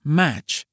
match